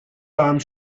time